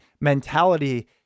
mentality